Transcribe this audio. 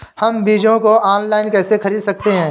हम बीजों को ऑनलाइन कैसे खरीद सकते हैं?